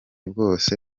bwose